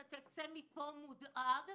ואתה תצא מפה מודאג,